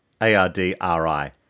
A-R-D-R-I